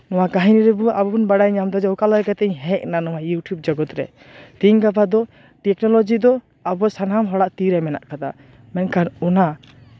ᱱᱚᱣᱟ ᱠᱟᱹᱦᱤᱱᱤᱨᱮ ᱟᱵᱚ ᱵᱚᱱ ᱵᱟᱲᱟᱭ ᱧᱟᱢ ᱮᱫᱟ ᱡᱮ ᱚᱠᱟ ᱞᱮᱠᱟ ᱠᱟᱛᱮᱫ ᱤᱧ ᱦᱮᱡ ᱮᱱᱟ ᱱᱚᱣᱟ ᱤᱭᱩᱴᱤᱣᱩᱵᱽ ᱡᱚᱜᱚᱛ ᱨᱮ ᱛᱮᱦᱮᱧ ᱜᱟᱯᱟ ᱫᱚ ᱴᱮᱠᱱᱳᱞᱚᱡᱤ ᱫᱚ ᱟᱵᱚ ᱥᱟᱫᱷᱟᱨᱚᱱ ᱦᱚᱲᱟᱜ ᱛᱤᱨᱮ ᱢᱮᱱᱟᱜ ᱟᱠᱟᱫᱟ ᱢᱮᱱᱠᱷᱟᱱ ᱚᱱᱟ